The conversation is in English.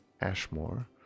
Ashmore